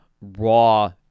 raw